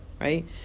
right